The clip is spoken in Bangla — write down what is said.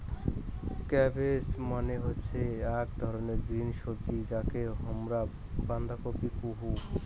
ক্যাবেজ মানে হসে আক ধরণের গ্রিন সবজি যাকে হামরা বান্ধাকপি কুহু